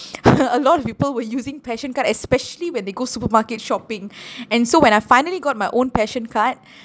a lot of people were using PAssion card especially when they go supermarket shopping and so when I finally got my own PAssion card